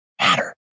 matter